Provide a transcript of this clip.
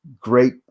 great